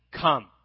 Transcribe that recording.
Come